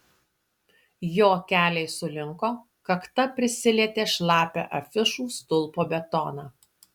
jo keliai sulinko kakta prisilietė šlapią afišų stulpo betoną